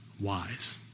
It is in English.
wise